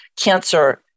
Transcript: cancer